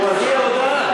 הוא הודיע הודעה.